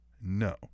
No